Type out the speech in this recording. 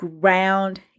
ground